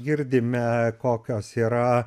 girdime kokios yra